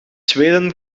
zweden